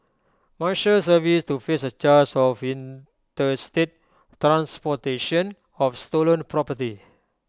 marshals service to face A charge of interstate transportation of stolen property